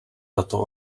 tato